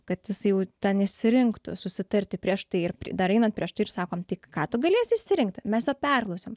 kad jisai jau tą nesirinktų susitarti prieš tai ir dar einant prieš tai ir sakom tai ką tu galės išsirinkti mes jo perklausiam